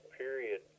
period